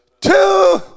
Two